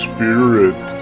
Spirit